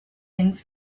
things